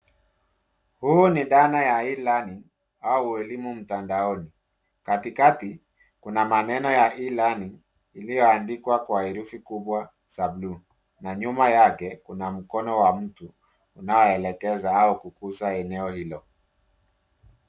Huu ni dhana ya e-learning au uelimu mtandaoni. Katikati kuna maneno ya e-learning iliyoandikwa kwa herufi kubwa za bluu na nyuma yake kuna mkono wa mtu unaoelekeza au kukuza eneo hilo.